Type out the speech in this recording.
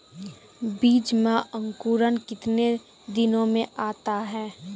बीज मे अंकुरण कितने दिनों मे आता हैं?